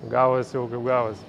gavos jau kaip gavos